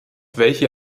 welche